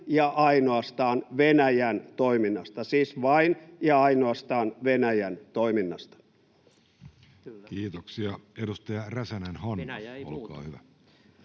ja ainoastaan Venäjän toiminnasta, siis vain ja ainoastaan Venäjän toiminnasta. Kiitoksia. — Edustaja Räsänen, Hanna, olkaa hyvä.